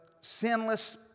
sinless